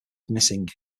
missing